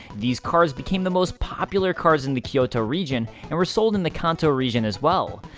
these cards became the most popular cards in the kyoto region, and were sold in the kanto region as well.